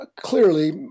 clearly